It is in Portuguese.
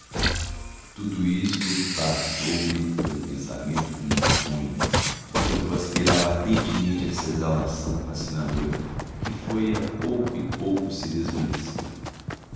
tudo isto me passou pelo pensamento como um sonho enquanto eu aspirava ardentemente essa exalação fascinadora que foi a pouco e pouco desvanecendo se